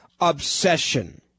obsession